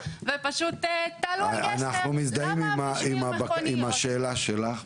ופשוט תעלו על גשר --- אנחנו מזדהים עם השאלה שלך.